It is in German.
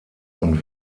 und